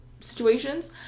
situations